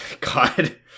God